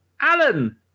Alan